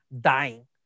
dying